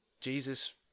Jesus